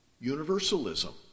universalism